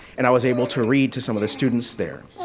and i was able to read to some of the students there.